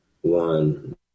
one